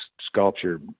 sculpture